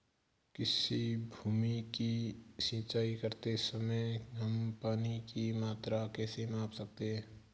किसी भूमि की सिंचाई करते समय हम पानी की मात्रा कैसे माप सकते हैं?